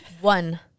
one